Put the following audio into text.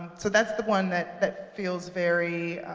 so that's the one that that feels very